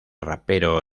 rapero